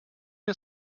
wir